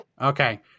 Okay